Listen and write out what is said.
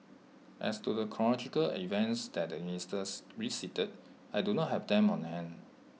as to the of events that the ministers recited I do not have them on hand